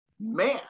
Man